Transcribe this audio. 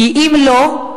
כי אם לא,